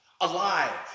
alive